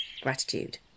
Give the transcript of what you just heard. gratitude